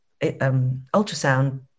ultrasound